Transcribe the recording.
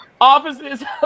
Offices